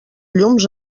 llums